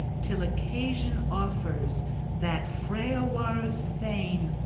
till occasion offers that freawaru's thane,